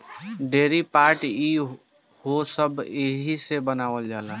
डोरी, पाट ई हो सब एहिसे बनावल जाला